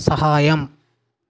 సహాయం